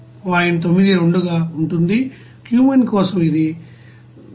92 గా ఉంటుంది క్యూమెన్ కోసం ఇది 176